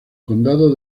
condado